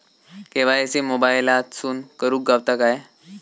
KYC मोबाईलातसून करुक गावता काय?